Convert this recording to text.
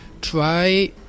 try